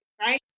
right